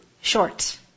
short